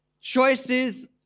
Choices